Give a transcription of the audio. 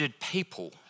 people